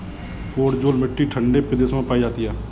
podzol मिट्टी ठंडे प्रदेशों में पाई जाती है